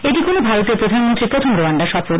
এটি কোন ভারতীয় প্রধানমন্ত্রীর প্রথম রোয়ান্ডা সফর